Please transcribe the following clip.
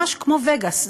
ממש כמו וגאס,